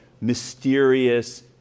mysterious